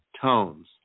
tones